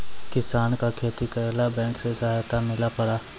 किसान का खेती करेला बैंक से सहायता मिला पारा?